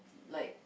like